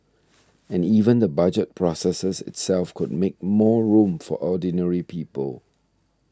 and even the Budget process itself could make more room for ordinary people